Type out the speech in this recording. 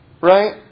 right